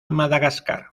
madagascar